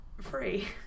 free